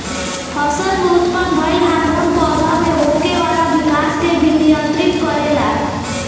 फसल में उत्पन्न भइल हार्मोन पौधा में होखे वाला विकाश के भी नियंत्रित करेला